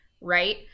Right